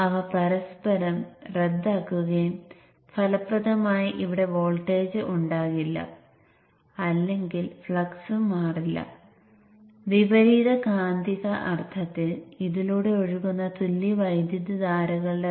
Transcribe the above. അതിനാൽ അവ റദ്ദാക്കുകയും വോൾട്ടേജ് ജനറേറ്റർ 0 ആകുകയും ചെയ്യും